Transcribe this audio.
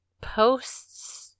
posts